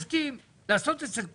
התשפ"ג-2023 בתוקף סמכותה לפי סעיף 36